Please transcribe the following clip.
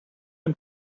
and